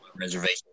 Reservation